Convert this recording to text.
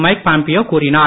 mic Pompeo கூறினார்